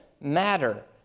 matter